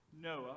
Noah